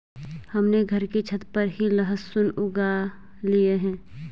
हमने घर की छत पर ही लहसुन उगा लिए हैं